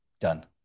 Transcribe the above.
done